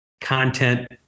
content